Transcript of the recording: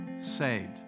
saved